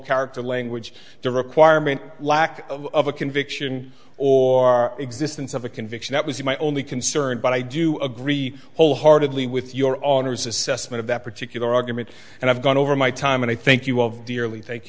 character language the requirement lack of a conviction or existence of a conviction that was my only concern but i do agree wholeheartedly with your honor's assessment of that particular argument and i've gone over my time and i think you of the early thank